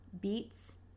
beets